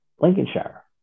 Lincolnshire